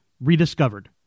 rediscovered